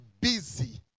busy